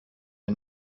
der